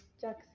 Jack